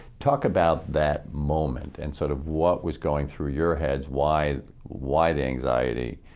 talk about that moment and sort of what was going through your heads, why why the anxiety,